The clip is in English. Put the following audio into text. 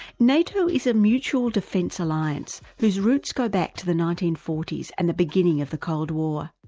nato is a mutual defence alliance whose roots go back to the nineteen forty s and the beginning of the cold war.